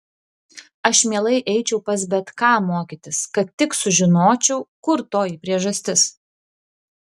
aš mielai eičiau pas bet ką mokytis kad tik sužinočiau kur toji priežastis